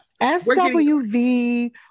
SWV